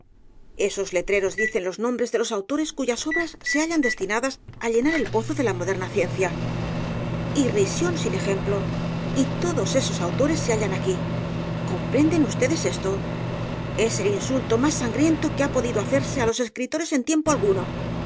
esos letreros dicen los nombres de los autores cuyas obras se hallan destinadas ó llenar el pozo de la moderna ciencia irrisión sin ejemplo y todos esos autoros se hallan aquí comprenden ustedes esto es el insulto más sangriento que ha podido hacerse á los escritores en tiempo alguno